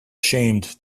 ashamed